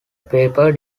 paper